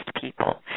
people